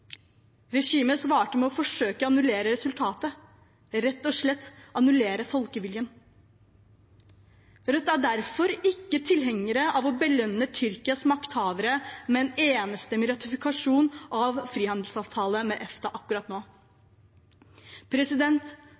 Regimet svarte med å forsøke å annullere resultatet – rett og slett annullere folkeviljen. Rødt er derfor ikke tilhenger av å belønne Tyrkias makthavere med en eneste ratifikasjon av frihandelsavtalen med EFTA akkurat nå.